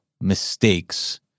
mistakes